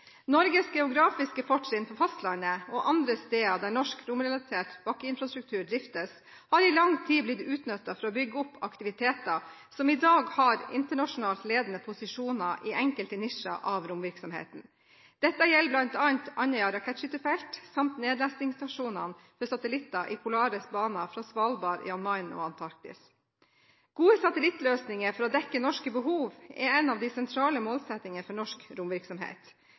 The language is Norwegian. Norges geografiske fortrinn på fastlandet og andre steder der norsk romrelatert bakkeinfrastruktur driftes, har i lang tid blitt utnyttet for å bygge opp aktiviteter som i dag har internasjonalt ledende posisjoner i enkelte nisjer av romvirksomheten. Dette gjelder bl.a. Andøya Rakettskytefelt samt nedlesingsstasjoner for satellitter i polare baner fra Svalbard, Jan Mayen og Antarktis. Gode satellittløsninger for å dekke norske behov er en av de sentrale målsettingene for norsk romvirksomhet.